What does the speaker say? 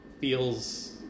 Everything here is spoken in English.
feels